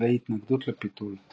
והתנגדות לפיתול.